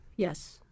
Yes